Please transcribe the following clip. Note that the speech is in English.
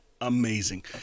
amazing